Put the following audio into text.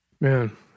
man